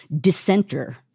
Dissenter